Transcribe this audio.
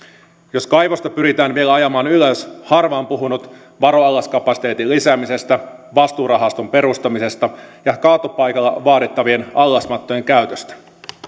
jos kaivosta pyritään vielä ajamaan ylös harva on puhunut varoallaskapasiteetin lisäämisestä vastuurahaston perustamisesta ja kaatopaikalla vaadittavien allasmattojen käytöstä